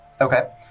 Okay